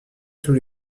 tous